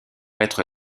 être